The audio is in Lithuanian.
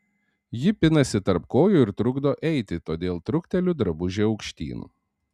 ji pinasi tarp kojų ir trukdo eiti todėl trukteliu drabužį aukštyn